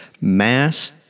mass